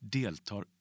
deltar